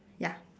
ya